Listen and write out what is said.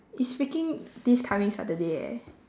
it's freaking this coming saturday eh